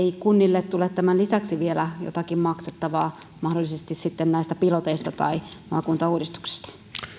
ei tule tämän lisäksi vielä jotakin maksettavaa mahdollisesti sitten näistä piloteista tai maakuntauudistuksesta